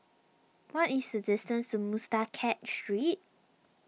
what is the distance to Muscat Street